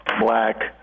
black